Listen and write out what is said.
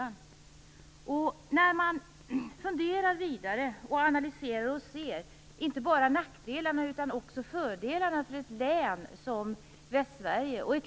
När man funderar vidare och analyserar ser man inte bara nackdelarna utan också fördelarna med ett län som Västsverige.